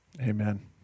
Amen